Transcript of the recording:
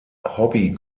hobby